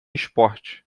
esporte